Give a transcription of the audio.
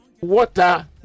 water